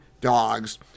dogs